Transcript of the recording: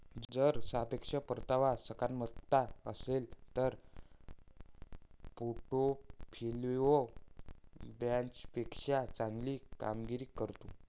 जर सापेक्ष परतावा सकारात्मक असेल तर पोर्टफोलिओ बेंचमार्कपेक्षा चांगली कामगिरी करतो